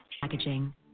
Packaging